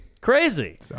Crazy